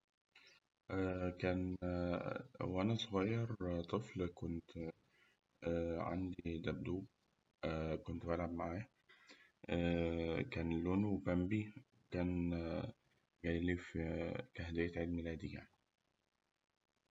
كان وأنا صغير طفل كنت عندي دبدوب كنت بلعب معاه كان لونه بمبي كان في كان جايلي كهدية عيد ميلادي يعني.